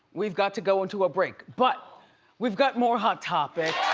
we've got to go into a break, but we've got more hot topics.